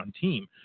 team